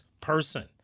person